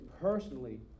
personally